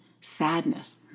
sadness